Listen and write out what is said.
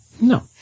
No